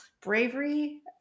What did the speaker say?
bravery